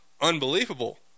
unbelievable